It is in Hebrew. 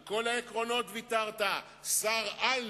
על כל העקרונות ויתרת, שר-על